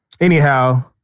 Anyhow